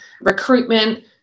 recruitment